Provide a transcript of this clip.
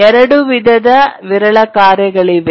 2 ವಿಧದ ವಿರಳ ಕಾರ್ಯಗಳಿವೆ